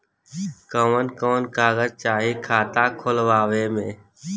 कवन कवन कागज चाही खाता खोलवावे मै?